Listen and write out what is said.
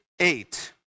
eight